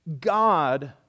God